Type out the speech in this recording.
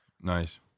Nice